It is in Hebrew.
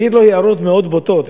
והעיר לו הערות מאוד בוטות.